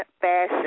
fashion